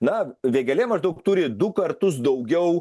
na vėgėlė maždaug turi du kartus daugiau